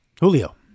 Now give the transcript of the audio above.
Julio